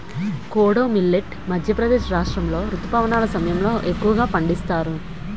kodo millet Madhya Pradesh రాష్ట్రాములో రుతుపవనాల సమయంలో ఎక్కువగా పండిస్తారు